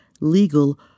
legal